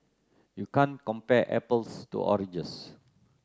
you can't compare apples to oranges